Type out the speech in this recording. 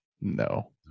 no